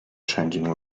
changing